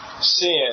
sin